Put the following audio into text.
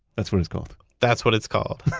that's what it's called that's what it's called.